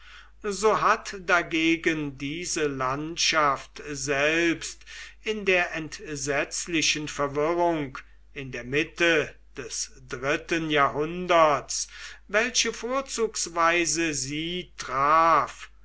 so hat dagegen diese landschaft selbst in der entsetzlichen verwirrung in der mitte des dritten jahrhunderts welche vorzugsweise sie traf